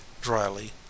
dryly